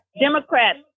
Democrats